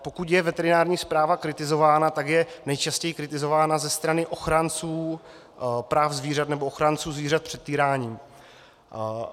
Pokud je veterinární správa kritizována, tak je nejčastěji kritizována ze strany ochránců práv zvířat nebo ochránců zvířat před týráním.